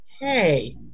hey